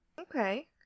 Okay